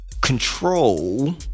control